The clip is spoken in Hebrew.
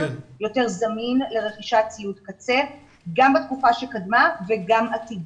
ויותר זמין לרכישת ציוד קצה גם בתקופה שקדמה וגם עתידית.